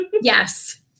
Yes